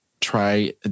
try